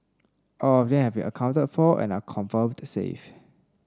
all of them accounted for and are confirmed safe